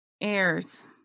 airs